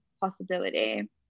possibility